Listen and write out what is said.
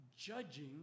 judging